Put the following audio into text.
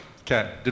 Okay